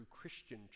Christian